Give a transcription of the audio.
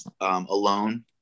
alone